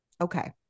okay